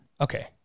Okay